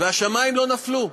והשמים לא נפלו.